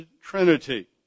trinity